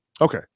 Okay